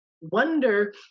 wonder